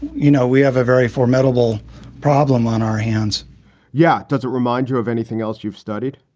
you know, we have a very formidable problem on our hands yeah. does it remind you of anything else you've studied?